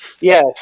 Yes